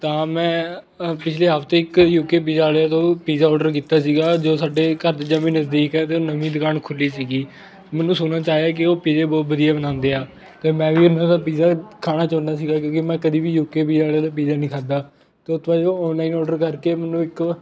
ਤਾਂ ਮੈਂ ਅ ਪਿਛਲੇ ਹਫ਼ਤੇ ਇੱਕ ਯੂਕੇ ਪੀਜ਼ਾ ਵਾਲਿਆਂ ਤੋਂ ਪੀਜ਼ਾ ਔਡਰ ਕੀਤਾ ਸੀਗਾ ਜੋ ਸਾਡੇ ਘਰ ਦੇ ਜਮਾਂ ਹੀ ਨਜ਼ਦੀਕ ਹੈ ਅਤੇ ਉਹ ਨਵੀਂ ਦੁਕਾਨ ਖੁੱਲ੍ਹੀ ਸੀਗੀ ਮੈਨੂੰ ਸੁਣਨ 'ਚ ਆਇਆ ਹੈ ਕਿ ਉਹ ਪੀਜ਼ੇ ਬਹੁਤ ਵਧੀਆ ਬਣਾਉਂਦੇ ਆ ਅਤੇ ਮੈਂ ਵੀ ਉਹਨਾਂ ਦਾ ਪੀਜ਼ਾ ਖਾਣਾ ਚਾਹੁੰਦਾ ਸੀਗਾ ਕਿਉਂਕਿ ਮੈਂ ਕਦੀ ਵੀ ਯੂਕੇ ਪੀਜ਼ਾ ਵਾਲਿਆਂ ਦਾ ਪੀਜ਼ਾ ਨਹੀਂ ਖਾਧਾ ਅਤੇ ਉੱਥੋਂ ਜਦੋਂ ਔਨਲਾਈਨ ਔਡਰ ਕਰਕੇ ਮੈਨੂੰ ਇੱਕ